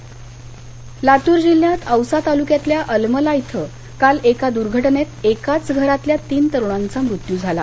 लातर लातूर जिल्ह्यात औसा तालुक्यातल्या आलमला इथं काल एका दूर्घटनेत एकाच घरातल्या तीन तरुणांचा मृत्यू झाला